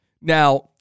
Now